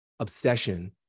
Obsession